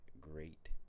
great